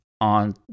on